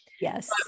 Yes